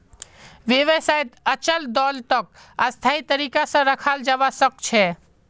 व्यवसायत अचल दोलतक स्थायी तरीका से रखाल जवा सक छे